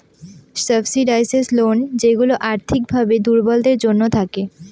subsidised loan যেইগুলা আর্থিক ভাবে দুর্বলদের জন্য থাকে